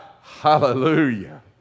Hallelujah